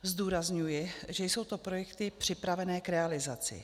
Zdůrazňuji, že jsou to projekty připravené k realizaci.